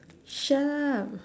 shut up